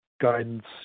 guidance